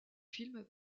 film